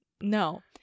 No